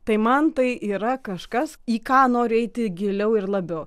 tai man tai yra kažkas į ką noriu eiti giliau ir labiau